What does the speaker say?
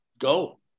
go